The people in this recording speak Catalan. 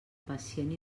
pacient